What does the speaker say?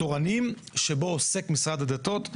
התורנים, שבו עוסק משרד הדתות.